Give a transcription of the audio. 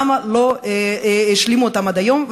למה לא השלימו אותם עד היום,